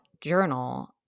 journal